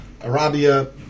Arabia